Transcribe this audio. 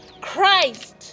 Christ